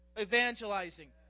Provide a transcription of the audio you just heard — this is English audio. evangelizing